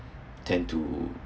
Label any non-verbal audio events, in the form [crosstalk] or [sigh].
[breath] tend to